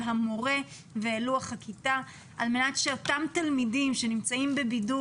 המורה ואל לוח הכיתה ומיועד לאותם תלמידים שנמצאים בבידוד,